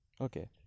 Okay